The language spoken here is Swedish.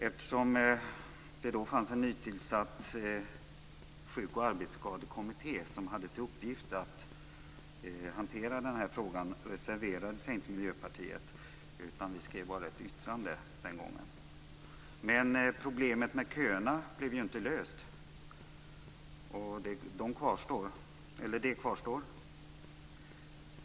Eftersom det då fanns en nytillsatt sjuk och arbetsskadekommitté som hade till uppgift att hantera den här frågan reserverade sig inte Miljöpartiet, utan vi skrev den gången bara ett yttrande. Men problemet med köerna blev inte löst. Det kvarstår.